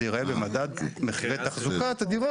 זה ייראה במדד מחירי תחזוקת הדירות,